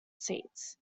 seats